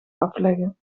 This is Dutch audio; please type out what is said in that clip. afleggen